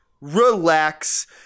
relax